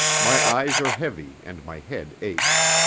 my eyes are heavy and my head aches.